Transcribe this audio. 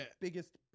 biggest